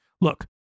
Look